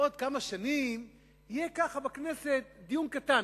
בעוד כמה שנים יהיה ככה בכנסת דיון קטן,